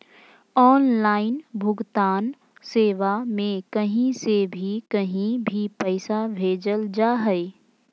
online भुगतान सेवा में कही से भी कही भी पैसा भेजल जा हइ